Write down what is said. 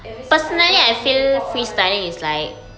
every s~ I know can do K-pop ah you know